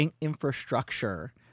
infrastructure